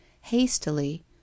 hastily